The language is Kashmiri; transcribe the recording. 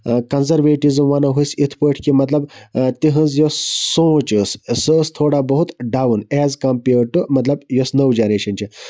کَنزرویٹزم وَنو أسۍ اِتھ پٲٹھۍ کہِ مَطلَب تِہِنٛز یۄس سونٛچ ٲسۍ سۄ ٲسۍ تھوڑا بہت ڈاوُن ایز کَمپِیٲڑ ٹُو مَطلَب یۄس نٔو جَنریشَن چھِ